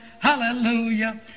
hallelujah